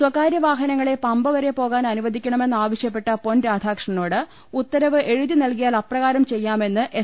സ്വകാര്യ വാഹനങ്ങളെ പമ്പവരെ പോകാൻ അനുവദിക്ക ണമെന്നാവശ്യപ്പെട്ട പൊൻരാധാകൃഷ്ണനോട് ഉത്തരവ് എഴുതി നൽകിയാൽ അപ്രകാരം ചെയ്യാമെന്ന് എസ്